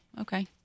okay